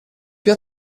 più